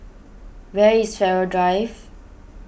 where is Farrer Drive